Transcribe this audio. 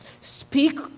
Speak